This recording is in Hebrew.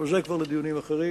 אבל זה כבר לדיונים אחרים.